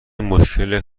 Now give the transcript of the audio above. مشکل